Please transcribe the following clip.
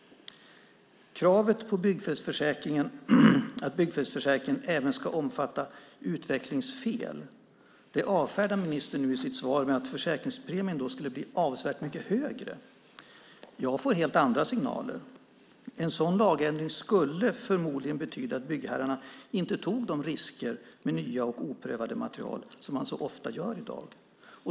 Kravet på att byggfelsförsäkringen även ska omfatta utvecklingsfel avfärdar ministern i sitt svar med att försäkringspremien då skulle bli avsevärt mycket högre. Jag får helt andra signaler. En sådan lagändring skulle förmodligen betyda att byggherrarna inte tog de risker med nya och oprövade material som man så ofta tar i dag.